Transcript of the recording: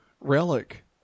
Relic